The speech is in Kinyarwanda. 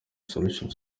solution